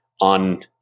on